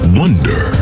wonder